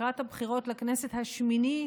לקראת הבחירות לכנסת השמינית,